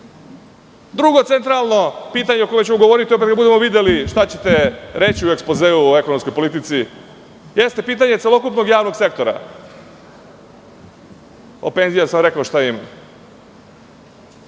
stvar. Drugo centralno pitanje o čemu ćemo govoriti kada budemo videli šta ćete reći u ekspozeu o ekonomskoj politici, jeste pitanje celokupnog javnog sektora, a o penzijama sam rekao šta